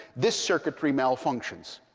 this circuitry malfunctions.